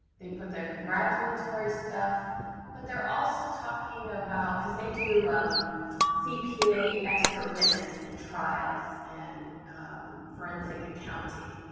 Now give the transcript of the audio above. they put their congratulatory stuff but they're also talking about. because they do cpa expert witness and trials and forensic accounting,